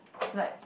like